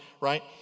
right